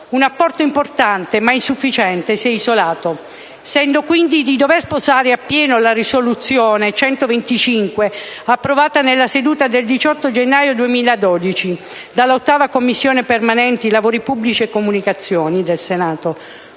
un apporto importante, ma insufficiente se isolato. Sento, quindi, di dover sposare appieno la risoluzione n. 125 approvata nella seduta del 18 gennaio 2012 dalla 8a Commissione permanente (Lavori pubblici, comunicazioni) del Senato,